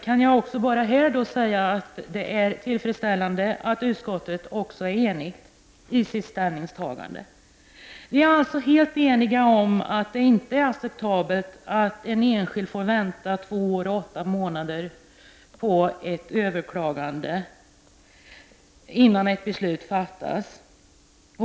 Även här kan jag bara säga att det är tillfredsställande att utskottet är enigt i sitt ställningstagande. Vi är alltså helt eniga om att det inte är acceptabelt att en enskild får vänta två år och åtta månader efter ett överklagande innan ett beslut fattas.